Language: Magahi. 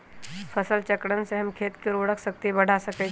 फसल चक्रण से हम खेत के उर्वरक शक्ति बढ़ा सकैछि?